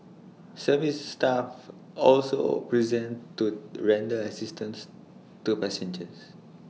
service staff also present to render assistance to passengers